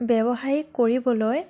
ব্য়ৱসায় কৰিবলৈ